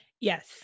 Yes